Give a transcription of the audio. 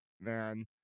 man